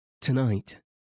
Tonight